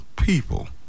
people